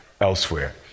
elsewhere